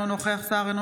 אינו נוכח גדעון סער,